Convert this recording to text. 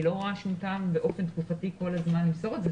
אני לא רואה שום טעם באופן חוקתי כל הזמן למסור את זה.